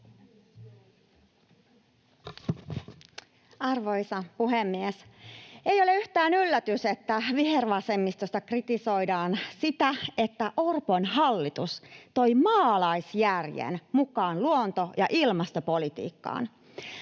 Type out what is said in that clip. Arvoisa puhemies! Ei ole yhtään yllätys, että vihervasemmistosta kritisoidaan sitä, että Orpon hallitus toi maalaisjärjen mukaan luonto- ja ilmastopolitiikkaan.